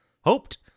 hoped